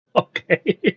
Okay